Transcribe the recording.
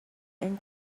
and